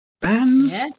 Bands